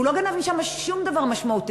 והוא לא גנב משם שום דבר משמעותי.